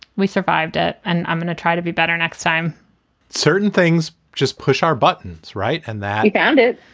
we survived it and i'm going to try to be better next time certain things just push our buttons. right. and that you found it.